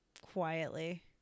quietly